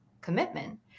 commitment